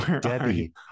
Debbie